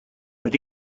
but